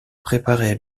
préparé